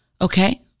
Okay